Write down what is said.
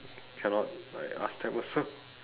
cannot like ask them also